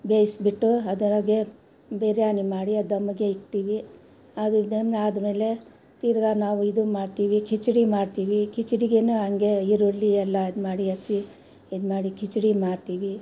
ಬೇಯಿಸಿಬಿಟ್ಟು ಅದರಾಗೆ ಬಿರಿಯಾನಿ ಮಾಡಿ ಅದು ದಮ್ಮಿಗೆ ಇಕ್ತೀವಿ ಅದು ದಮ್ಮ ಆದಮೇಲೆ ತಿರುಗಾ ನಾವು ಇದು ಮಾಡ್ತೀವಿ ಖಿಚಡಿ ಮಾಡ್ತೀವಿ ಖಿಚಡಿಗೇನು ಹಂಗೆ ಈರುಳ್ಳಿ ಎಲ್ಲ ಇದು ಮಾಡಿ ಹೆಚ್ಚಿ ಇದು ಮಾಡಿ ಕಿಚಡಿ ಮಾಡ್ತೀವಿ